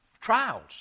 trials